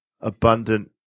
abundant